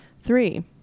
three